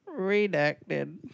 Redacted